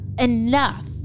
enough